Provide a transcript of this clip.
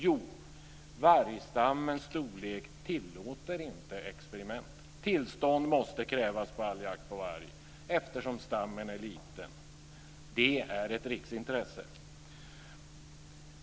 Jo, vargstammens storlek tillåter inte experiment. Tillstånd måste krävas på all jakt på varg eftersom stammen är liten. Det är ett riksintresse.